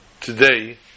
today